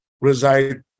reside